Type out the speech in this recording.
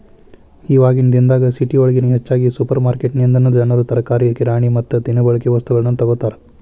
ಇವಾಗಿನ ದಿನದಾಗ ಸಿಟಿಯೊಳಗ ಹೆಚ್ಚಾಗಿ ಸುಪರ್ರ್ಮಾರ್ಕೆಟಿನಿಂದನಾ ಜನರು ತರಕಾರಿ, ಕಿರಾಣಿ ಮತ್ತ ದಿನಬಳಿಕೆ ವಸ್ತುಗಳನ್ನ ತೊಗೋತಾರ